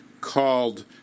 called